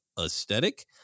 aesthetic